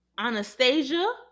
Anastasia